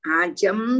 ajam